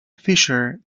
fischer